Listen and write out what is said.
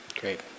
great